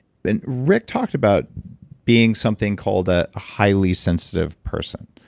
and rick talked about being something called a highly sensitive person.